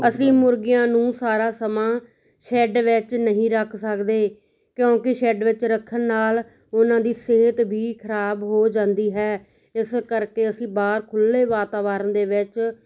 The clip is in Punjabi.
ਅਸੀਂ ਮੁਰਗੀਆਂ ਨੂੰ ਸਾਰਾ ਸਮਾਂ ਸ਼ੈਡ ਵਿੱਚ ਨਹੀਂ ਰੱਖ ਸਕਦੇ ਕਿਉਂਕਿ ਸ਼ੈਡ ਵਿੱਚ ਰੱਖਣ ਨਾਲ ਉਹਨਾਂ ਦੀ ਸਿਹਤ ਵੀ ਖ਼ਰਾਬ ਹੋ ਜਾਂਦੀ ਹੈ ਇਸ ਕਰਕੇ ਅਸੀਂ ਬਾਹਰ ਖੁੱਲ੍ਹੇ ਵਾਤਾਵਰਨ ਦੇ ਵਿੱਚ